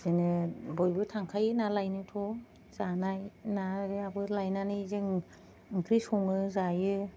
बिदिनो बयबो थांखायो ना लायनोथ' जानाय नायाबो लायनानै जोङो ओंख्रि सङो जायो